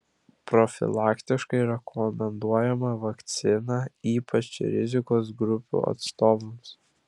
profilaktiškai rekomenduojama vakcina ypač rizikos grupių atstovams